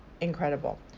incredible